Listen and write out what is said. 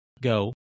go